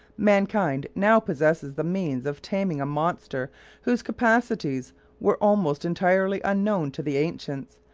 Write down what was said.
mankind now possesses the means of taming a monster whose capacities were almost entirely unknown to the ancients,